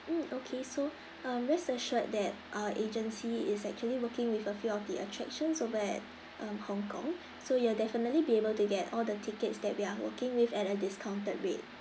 mm okay so um rest assured that our agency is actually working with a few of the attractions over at um hong kong so you'll definitely be able to get all the tickets that we are working with at a discounted rate